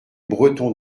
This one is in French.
breton